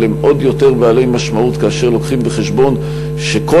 אבל הם עוד יותר בעלי משמעות כאשר מביאים בחשבון שכל